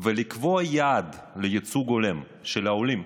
ולקבוע יעד לייצוג הולם של העולים,